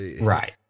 Right